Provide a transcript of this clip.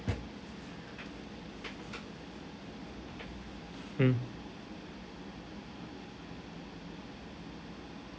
mm